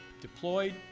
deployed